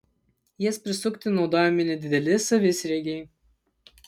jas prisukti naudojami nedideli savisriegiai